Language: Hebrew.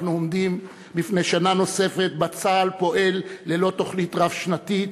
אנחנו עומדים בפני שנה נוספת שבה צה"ל פועל ללא תוכנית רב-שנתית.